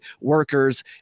workers